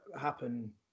happen